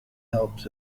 helps